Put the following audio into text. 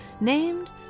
named